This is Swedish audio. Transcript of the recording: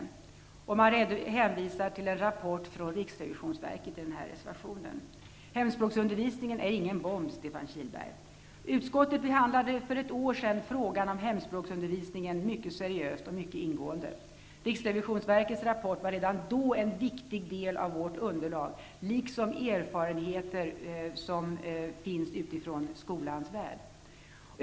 I reservationen hänvisas till en rapport från riksrevisionsverket. Hemspråksundervisningen är ingen bomb, Stefan Kihlberg. Utskottet behandlade för ett år sedan frågan om hemspråksundervisningen mycket seriöst och mycket ingående. Riksrevisionsverkets rapport var redan då en viktig del av vårt underlag, liksom erfarenheter från skolans värld.